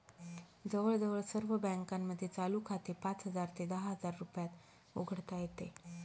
जवळजवळ सर्व बँकांमध्ये चालू खाते पाच हजार ते दहा हजार रुपयात उघडता येते